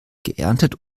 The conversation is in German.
geerntet